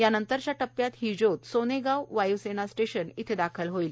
यानंतरच्या टप्प्यात ही ज्योत सोनेगांव वाय्सेना स्टेशन इथे दाखल होणार आहे